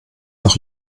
noch